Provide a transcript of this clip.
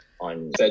on